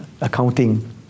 accounting